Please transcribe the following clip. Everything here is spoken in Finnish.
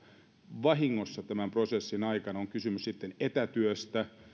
vahingossa tämän prosessin aikana on kysymys sitten etätyöstä